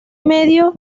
medio